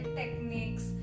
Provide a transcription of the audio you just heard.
techniques